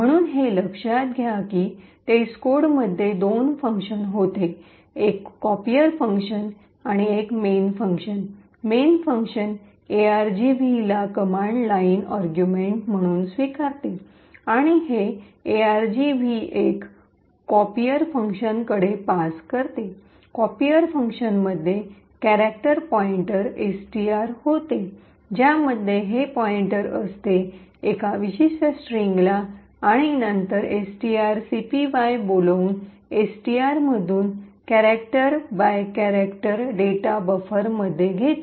म्हणून हे लक्षात घ्या की टेस्टकोड मध्ये दोन फंक्शन्स होते एक कॉपिअर फंक्शन आणि main function main function argv ला कमांड लाइन आर्ग्युमेंट्स म्हणून स्वीकारते आणि हे argv१ कोपीयर फंक्शनकडे पास करते कॉपीयर फंक्शनमध्ये कॅरेक्टर पॉईंटर एसटीआर होते ज्यामध्ये हे पॉईंटर असते एका विशिष्ट स्ट्रिंगला आणि नंतर एसटीआरसीपीवाय बोलावून एसटीआर मधून character by character data buffer मध्ये घेते